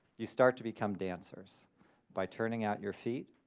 you start to become dancers by turning out your feet,